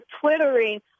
Twittering